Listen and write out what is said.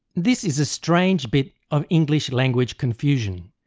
this is a strange bit of english language confusion.